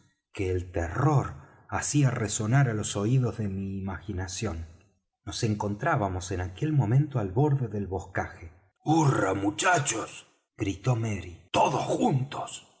que el terror hacía resonar á los oídos de mi imaginación nos encontrábamos en aquel momento al borde del boscaje hurra muchachos gritó merry todos juntos